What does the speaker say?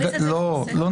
לא, לא.